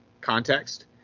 context